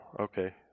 Okay